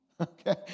Okay